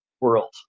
world